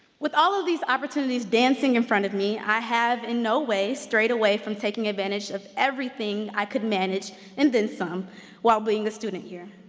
with all of these opportunities dancing in front of me, i have in no way strayed away from taking advantage of everything i could manage and then some while being the student here.